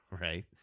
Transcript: right